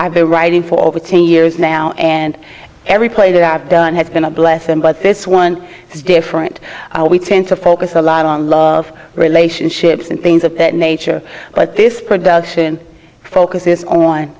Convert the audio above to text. i've been writing for over ten years now and every play that i've done has been a blessing but this one is different we tend to focus a lot on love relationships and things of that nature but this production focuses on